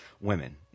women